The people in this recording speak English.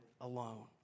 alone